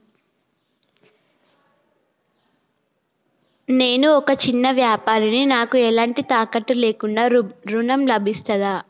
నేను ఒక చిన్న వ్యాపారిని నాకు ఎలాంటి తాకట్టు లేకుండా ఋణం లభిస్తదా?